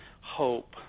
hope